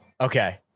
Okay